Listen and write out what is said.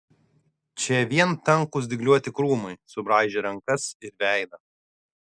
čia vien tankūs dygliuoti krūmai subraižę rankas ir veidą